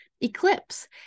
eclipse